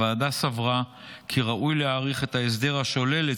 הוועדה סברה כי ראוי להאריך את ההסדר השולל את